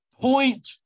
Point